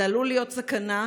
זה עלול להיות סכנה,